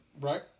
Right